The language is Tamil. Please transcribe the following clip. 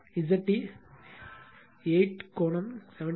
Z T 8 கோணம் 73